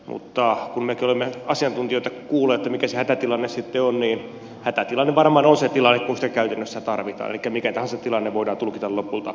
mutta kun mekin olemme asiantuntijoita kuulleet siitä mikä se hätätilanne sitten on niin hätätilanne varmaan on se tilanne kun sitä käytännössä tarvitaan elikkä mikä tahansa tilanne voidaan tulkita lopulta hätätilanteeksi